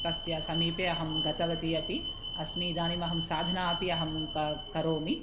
तस्य समीपे अहं गतवती अपि अस्मि इदानीम् अहं साधनाम् अपि अहं क करोमि